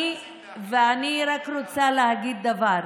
זה רק בגלל שאתם רוצים, ואני רק רוצה להגיד דבר: